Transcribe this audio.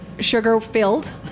sugar-filled